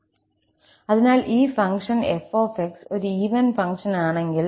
അതിനാൽ ഈ ഫംഗ്ഷൻ 𝑓𝑥 ഒരു ഈവൻ ഫംഗ്ഷനാണെങ്കിൽ